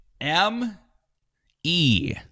M-E